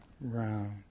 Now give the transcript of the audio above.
round